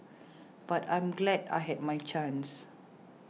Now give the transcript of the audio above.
but I'm glad I had my chance